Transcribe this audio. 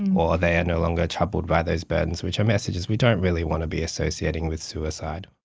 or they are no longer troubled by those burdens, which are messages we don't really want to be associating with suicide.